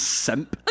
simp